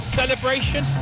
celebration